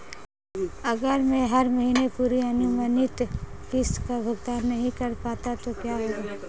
अगर मैं हर महीने पूरी अनुमानित किश्त का भुगतान नहीं कर पाता तो क्या होगा?